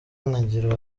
nkagira